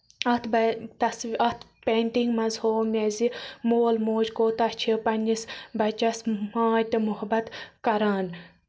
اَتھ بےٚ تصویٖر اَتھ پیٹِنٛگ منٛز ہوو مےٚ زِ مول موج کوتاہ چھِ پَنہٕ نِس بَچَس ماے تہٕ محبت کران